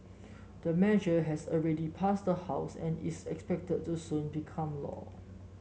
the measure has already passed the House and is expected to soon become law